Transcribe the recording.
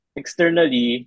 externally